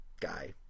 guy